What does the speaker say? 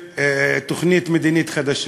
תוכנית מדינית חדשה.